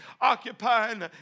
occupying